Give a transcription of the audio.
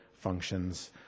functions